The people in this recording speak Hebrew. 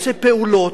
עושה פעולות,